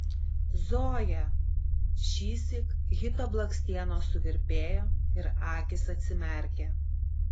zoja šįsyk hito blakstienos suvirpėjo ir akys atsimerkė